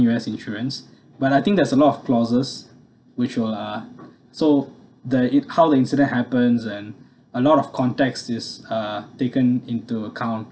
U_S insurance but I think there's a lot of clauses which will uh so there it how the incident happens and a lot of context is uh taken into account